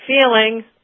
feeling